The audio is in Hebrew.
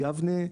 יבנה,